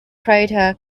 crater